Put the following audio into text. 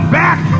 back